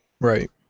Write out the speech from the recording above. Right